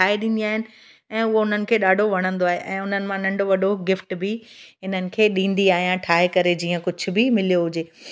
ठाहे ॾींदी आहियां ऐं उहो उन्हनि खे ॾाढो वणंदो आहे ऐं उन्हनि मां नंढो वॾो गिफ्ट बि इन्हनि खे ॾींदी आहियां ठाहे करे जीअं कुझु बि मिलियो हुजे